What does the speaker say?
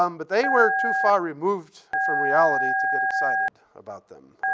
um but they were too far removed from reality to get excited about them.